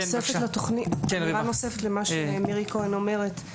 הערה נוספת למה שמירי כהן אומרת,